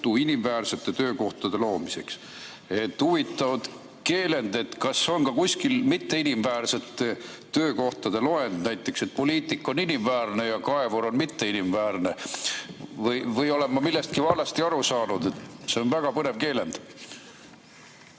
inimväärsete töökohtade loomiseks. Huvitav keelend! Kas on kuskil ka mitteinimväärsete töökohtade loend, näiteks et poliitik on inimväärne ja kaevur on mitteinimväärne? Või olen ma millestki valesti aru saanud? See on väga põnev keelend.